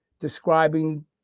describing